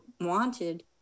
wanted